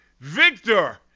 Victor